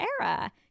era